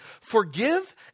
Forgive